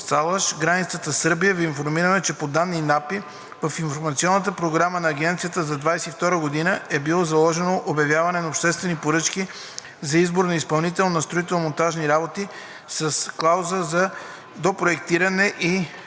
Салаш – граница Сърбия Ви информирам, че по данни на АПИ в инвестиционната програма на Агенцията за 2022 г. е било заложено обявяване на обществени поръчки за избор на изпълнител на строително-монтажните работи с клауза за допроектиране